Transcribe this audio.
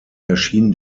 erschien